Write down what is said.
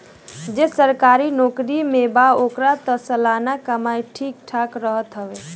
जे सरकारी नोकरी में बा ओकर तअ सलाना कमाई ठीक ठाक रहत हवे